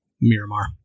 Miramar